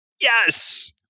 Yes